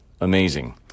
amazing